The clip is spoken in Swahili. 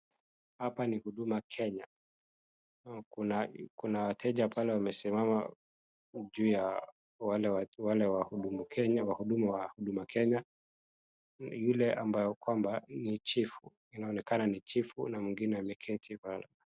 Hapa ni huduma kenya kuna wateja pale wamesimama juu ya wale wahudumu kenya .Wahudumu wa huduma kenya, yule anonekana ni chifu na mwingine ameketi pale.